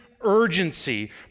urgency